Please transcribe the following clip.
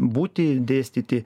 būti dėstyti